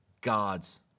God's